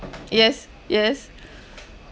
yes yes